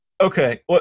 Okay